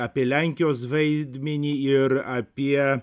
apie lenkijos vaidmenį ir apie